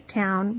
town